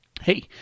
Hey